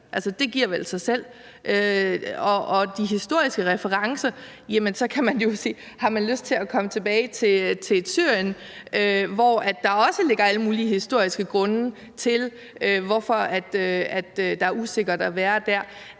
det giver vel sig selv. Og i forhold til de historiske referencer kan man jo spørge, om nogen har lyst til at komme tilbage til et Syrien, hvor der også ligger alle mulige historiske grunde til, at der er usikkert at være.